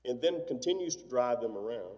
and then continues to drive them around